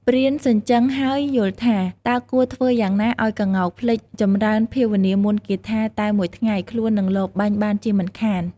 ព្រានសញ្ជឹងហើយយល់ថា តើគួរធ្វើយ៉ាងណាឱ្យក្ងោកភ្លេចចម្រើនភាវនាមន្ដគាថាតែមួយថ្ងៃ ខ្លួននឹងលបបាញ់បានជាមិនខាន ។